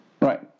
Right